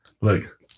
Look